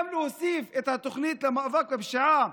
נוסיף גם את התוכנית למאבק בפשיעה,